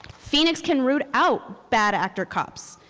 phoenix can root out bad actor cops,